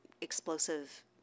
explosive